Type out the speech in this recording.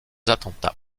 attentats